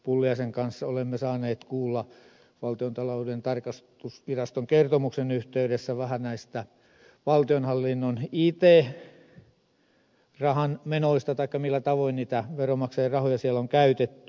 pulliaisen kanssa olemme saaneet kuulla valtiontalouden tarkastusviraston kertomuksen yhteydessä vähän näistä valtionhallinnon it rahan menoista taikka millä tavoin niitä veronmaksajien rahoja siellä on käytetty